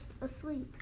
asleep